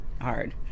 hard